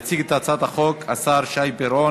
יציג את הצעת החוק השר שי פירון,